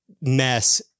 mess